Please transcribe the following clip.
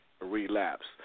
relapse